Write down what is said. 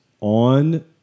on